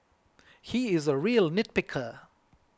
he is a real nitpicker